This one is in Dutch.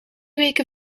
weken